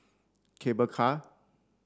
Cable Car